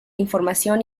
información